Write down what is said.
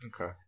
Okay